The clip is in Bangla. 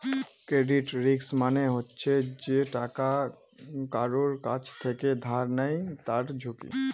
ক্রেডিট রিস্ক মানে হচ্ছে যে টাকা কারুর কাছ থেকে ধার নেয় তার ঝুঁকি